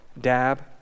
dab